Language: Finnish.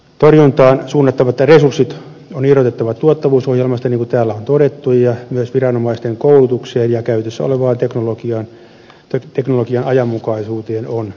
torjuntaan suunnattavat resurssit on irrotettava tuottavuusohjelmasta niin kuin täällä on todettu ja myös viranomaisten koulutukseen ja käytössä olevan teknologian ajanmukaisuuteen on panostettava ja teknologiaa on kehitettävä